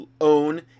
own